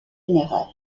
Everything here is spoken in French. général